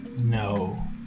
no